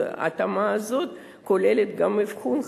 וההתאמה הזאת כוללת גם אבחון חדש.